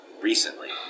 recently